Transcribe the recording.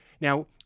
Now